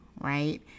right